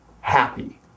happy